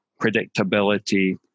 predictability